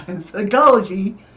psychology